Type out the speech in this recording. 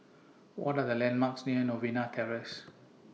What Are The landmarks near Novena Terrace